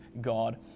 God